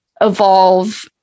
evolve